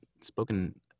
spoken